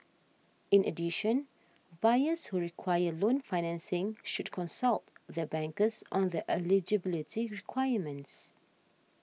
in addition buyers who require loan financing should consult their bankers on their eligibility requirements